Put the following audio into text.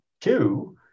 two